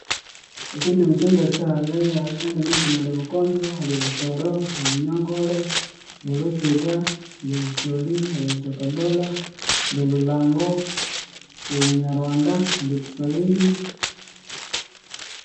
Esyandimi syangasi hali esyandimi sinu hali olhukonzo, hali olhutoro, hali olhunyankole, nolhukyiga, nolhukyoli, hali olhujapadhola, nalhulango, nolhunyarwanda, hali e kiswahili